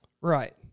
Right